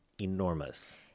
enormous